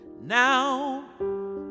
now